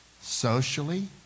socially